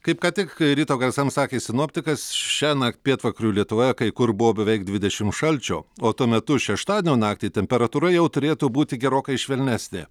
kaip kad tik ryto garsams sakė sinoptikas šiąnakt pietvakarių lietuvoje kai kur buvo beveik dvidešim šalčio o tuo metu šeštadienio naktį temperatūra jau turėtų būti gerokai švelnesnė